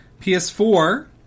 PS4